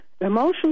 Emotions